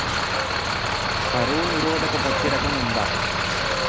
కరువు నిరోధక పత్తి రకం ఉందా?